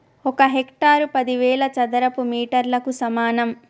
ఒక హెక్టారు పదివేల చదరపు మీటర్లకు సమానం